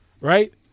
Right